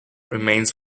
remains